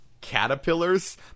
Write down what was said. caterpillars